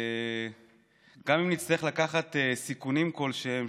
גם אם נצטרך לקחת סיכונים כלשהם,